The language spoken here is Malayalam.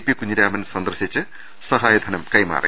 പി കുഞ്ഞിരാമൻ സന്ദർശിച്ച് സഹായധനം കൈമാറി